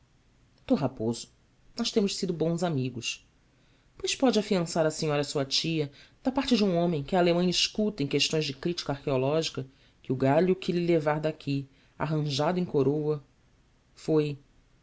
d raposo nós temos sido bons amigos pode pois afiançar à senhora sua tia da parte de um homem que a alemanha escuta em questões de crítica arqueológica que o galho que lhe levar daqui arranjado em coroa foi